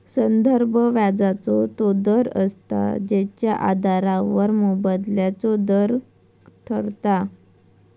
संदर्भ व्याजाचो तो दर असता जेच्या आधारावर मोबदल्याचो दर ठरता